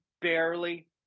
barely